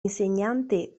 insegnante